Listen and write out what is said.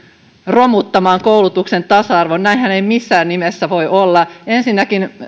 romuttamaan koulutuksen tasa arvon näinhän ei missään nimessä voi olla ensinnäkin